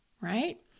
right